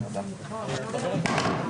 נעולה.